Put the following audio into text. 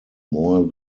more